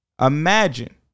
Imagine